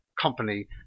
company